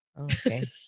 Okay